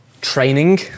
training